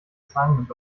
assignment